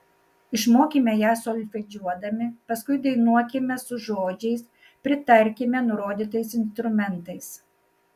išmokime ją solfedžiuodami paskui dainuokime su žodžiais pritarkime nurodytais instrumentais